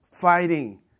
fighting